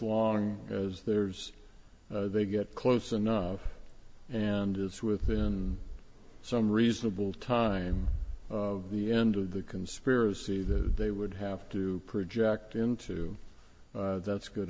long as there's they get close enough and it's within some reasonable time of the end of the conspiracy that they would have to project into that's good